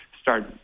start